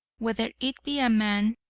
whether it be a man,